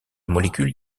molécules